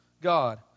God